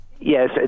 Yes